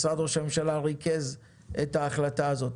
משרד ראש הממשלה ריכז את ההחלטה הזאת.